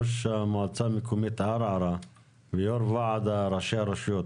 ראש מועצה מקומית ערערה ויו"ר ועד ראשי הרשויות,